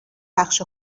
بخش